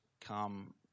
come